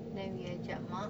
then we ajak mak